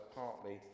partly